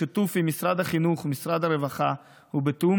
בשיתוף עם משרד החינוך ומשרד הרווחה ובתיאום